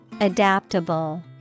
Adaptable